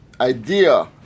idea